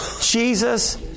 Jesus